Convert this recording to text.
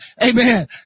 amen